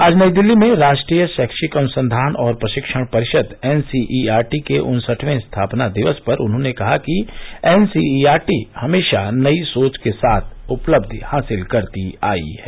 आज नई दिल्ली में राष्ट्रीय शैक्षिक अनुसंधान और प्रशिक्षण परिषद एनसीईआरटी के उन्सठवें स्थापना दिवस पर उन्होंने कहा कि एनसीईआरटी हमेशा नई सोच के साथ उपलब्धि हासिल करती आई है